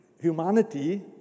humanity